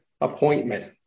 appointment